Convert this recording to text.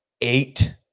eight